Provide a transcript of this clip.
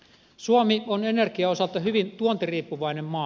suomi on energian osalta hyvin tuontiriippuvainen maa